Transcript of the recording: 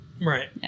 Right